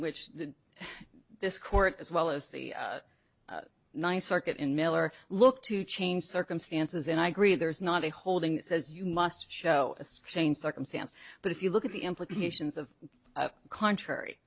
which this court as well as the ny circuit in miller look to changed circumstances and i agree there is not a holding that says you must show a strange circumstance but if you look at the implications of contrary